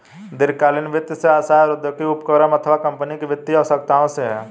दीर्घकालीन वित्त से आशय औद्योगिक उपक्रम अथवा कम्पनी की वित्तीय आवश्यकताओं से है